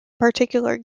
particular